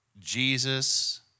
Jesus